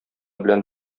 белән